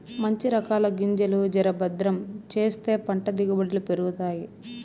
మంచి రకాల గింజలు జర భద్రం చేస్తే పంట దిగుబడులు పెరుగుతాయి